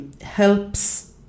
helps